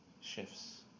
shifts